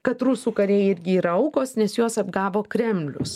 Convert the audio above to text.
kad rusų kariai irgi yra aukos nes juos apgavo kremlius